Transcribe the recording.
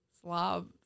Slob